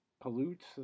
pollutes